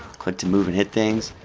click to move and hit things,